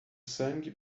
sangue